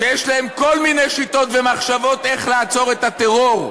שיש להם כל מיני שיטות ומחשבות איך לעצור את הטרור,